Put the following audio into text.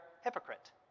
hypocrite